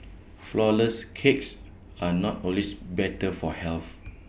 Flourless Cakes are not always better for health